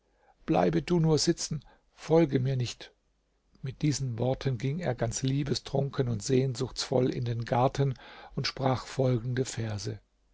bleibe du nur sitzen und folge mir nicht mit diesen worten ging er ganz liebestrunken und sehnsuchtsvoll in den garten und sprach folgende verse